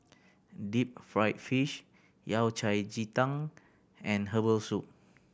deep fried fish Yao Cai ji tang and herbal soup